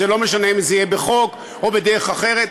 וזה לא משנה אם זה יהיה בחוק או בדרך אחרת.